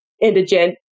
indigent